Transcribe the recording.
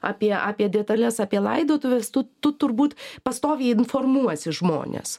apie apie detales apie laidotuves tu tu turbūt pastoviai informuosi žmones